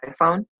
iphone